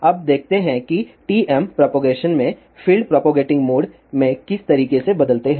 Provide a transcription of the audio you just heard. अब देखते हैं कि TM प्रोपगेशन में फील्ड प्रोपगेटिंग मोड में किस तरीके से बदलते हैं